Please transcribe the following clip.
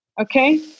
Okay